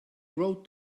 wrote